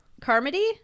Carmody